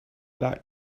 that